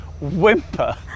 whimper